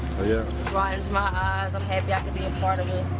yeah. brightens my eyes, i'm happy i can be a part of a